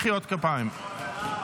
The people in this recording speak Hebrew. למרות שסוף-סוף התייחס אליך היום,